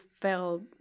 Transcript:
felt